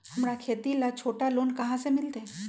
हमरा खेती ला छोटा लोने कहाँ से मिलतै?